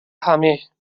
همه